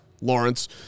Lawrence